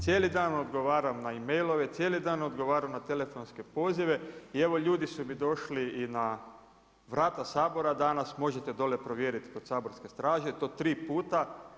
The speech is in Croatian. Cijeli dan odgovaram na e-mailove, cijeli dan odgovaram na telefonske pozive i evo ljudi su mi došli i na vrata Sabora danas, možete dole provjeriti kod saborske straže i to 3 puta.